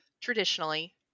traditionally